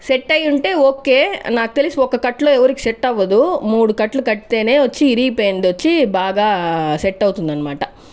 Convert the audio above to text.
set అయ్యుంటే okay నాకు తెలిసి ఒక కట్టులో ఎవరికి సెట్ అవ్వదు మూడు కట్లు కడ్తేనే వచ్చి ఇరిగిపోయిందొచ్చి బాగా సెట్ అవుతుందన్మాట